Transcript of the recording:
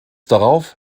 darauf